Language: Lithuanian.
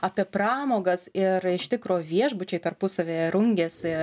apie pramogas ir iš tikro viešbučiai tarpusavyje rungiasi